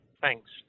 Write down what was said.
thanks